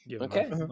Okay